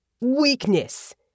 Weakness